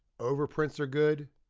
overprints are good,